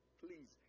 please